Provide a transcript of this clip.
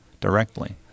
directly